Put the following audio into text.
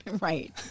Right